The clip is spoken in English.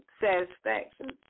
satisfaction